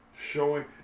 Showing